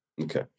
Okay